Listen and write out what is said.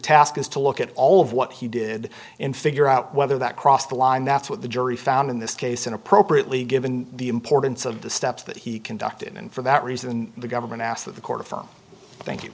task is to look at all of what he did in figure out whether that crossed the line that's what the jury found in this case and appropriately given the importance of the steps that he conducted and for that reason the government